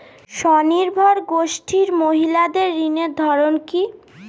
স্বনির্ভর গোষ্ঠীর মহিলাদের ঋণের ধরন কি?